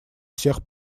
всех